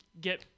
get